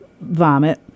vomit